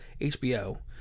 HBO